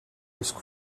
risk